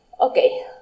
okay